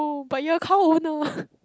but your cow won't know